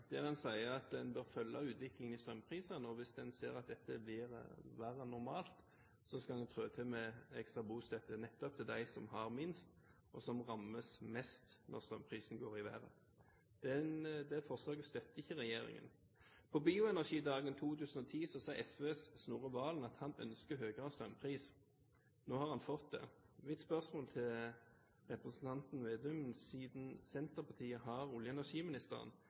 der en sier en bør følge utviklingen i strømprisene, og hvis en ser at dette blir verre enn normalt, skal en trå til med ekstra bostøtte nettopp til dem som har minst og som rammes mest når strømprisene går i været. Det forslaget støtter ikke regjeringen. På bioenergidagen 2010 sa SVs Snorre Serigstad Valen at han ønsker høyere strømpris. Nå har han fått det. Mitt spørsmål til representanten Slagsvold Vedum er, siden Senterpartiet har olje- og energiministeren: